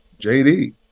JD